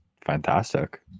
fantastic